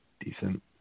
decent